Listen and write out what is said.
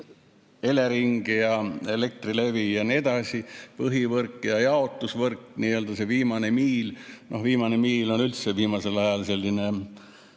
Elering ja Elektrilevi jne, põhivõrk ja jaotusvõrk, see nn viimane miil. No viimane miil on üldse viimasel ajal selline,